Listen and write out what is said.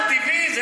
זה טבעי.